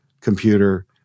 computer